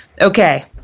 okay